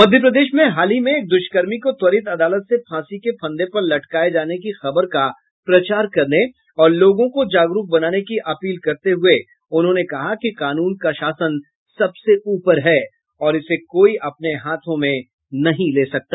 मध्य प्रदेश में हाल ही में एक दुष्कर्मी को त्वरित अदालत से फांसी के फंदे पर लटकाये जाने की खबर का प्रचार करने और लोगों को जागरूक बनाने की अपील करते हुए कहा कि कानून का शासन सबसे ऊपर है और इसे कोई अपने हाथों में नहीं ले सकता